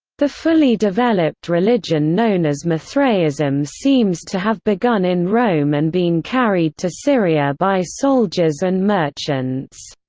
the fully developed religion known as mithraism seems to have begun in rome and been carried to syria by soldiers and merchants.